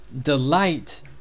Delight